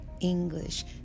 English